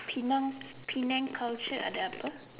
Penang Penang culture ada apa